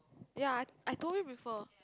ya I I told you before